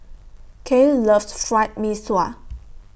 Cael loves Fried Mee Sua